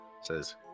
says